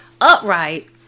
upright